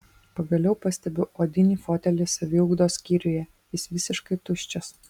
pagaliau pastebiu odinį fotelį saviugdos skyriuje jis visiškai tuščias